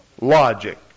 logic